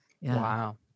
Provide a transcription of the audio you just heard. Wow